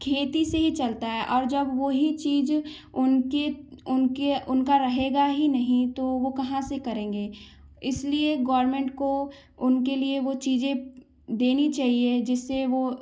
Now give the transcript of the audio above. खेती से ही चलता है और जब वह ही चीज़ उनके उनके उनका रहेगा ही नहीं तो वह कहाँ से करेंगे इसलिए गोवर्मेंट को उनके लिए वो चीज़ें देनी चाहिए जिससे वह